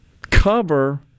cover